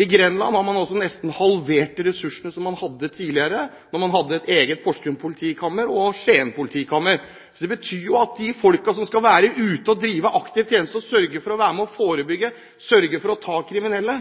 I Grenland har man nesten halvert de ressursene som man hadde tidligere da man hadde et eget Porsgrunn politikammer og et Skien politikammer. Det betyr jo at de folkene som skal være ute og drive aktiv tjeneste og sørge for å være med og forebygge, sørge for å ta kriminelle,